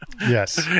Yes